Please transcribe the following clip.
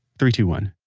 three, two, one